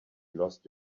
lost